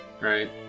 right